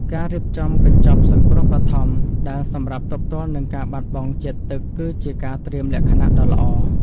ការរៀបចំកញ្ចប់សង្គ្រោះបឋមដែលសម្រាប់ទប់ទល់នឹងការបាត់បង់ជាតិទឹកគឺជាការត្រៀមលក្ខណៈដ៏ល្អ។